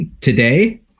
Today